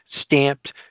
stamped